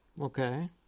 Okay